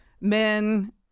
men